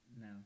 no